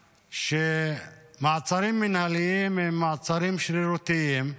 שמעצרים מינהליים הם מעצרים שרירותיים,